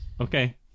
Okay